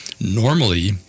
Normally